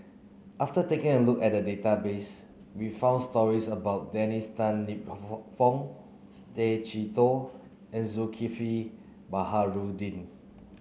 after taking a look at the database we found stories about Dennis Tan Lip Fong Tay Chee Toh and Zulkifli Baharudin